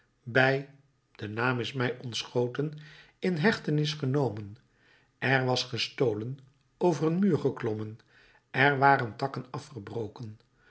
bij de naam is mij ontschoten in hechtenis genomen er was gestolen over een muur geklommen er waren takken afgebroken